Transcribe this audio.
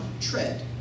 tread